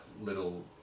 little